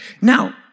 Now